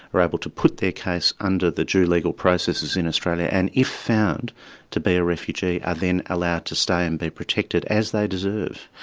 are able to put their case under the due legal processes in australia, and if found to be a refugee, are then allowed to stay and be protected, as they deserve.